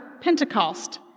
Pentecost